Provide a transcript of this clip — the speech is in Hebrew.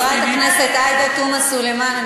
חברת הכנסת עאידה תומא סלימאן,